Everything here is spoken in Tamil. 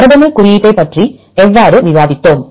மரபணுக் குறியீட்டைப் பற்றி எவ்வாறு விவாதித்தோம்